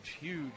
huge